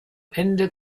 ende